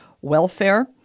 welfare